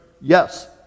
Yes